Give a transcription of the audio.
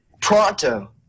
pronto